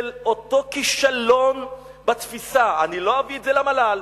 של אותו כישלון בתפיסה: אני לא אביא את זה למל"ל,